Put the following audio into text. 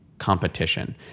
competition